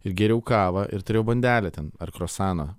ir gėriau kavą ir turėjau bandelę ten ar kruasaną